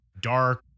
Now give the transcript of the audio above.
dark